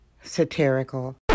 satirical